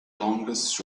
longest